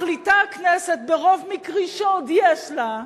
מחליטה הכנסת ברוב מקרי שעוד יש לה,